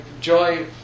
Joy